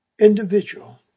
individual